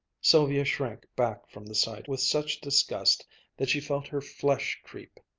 sylvia shrank back from the sight with such disgust that she felt her flesh creep.